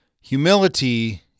Humility